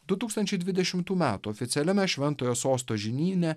du tūkstančiai dvidešimtų metų oficialiame šventojo sosto žinyne